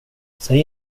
säg